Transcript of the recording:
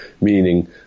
meaning